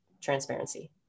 transparency